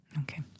Okay